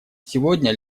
сегодня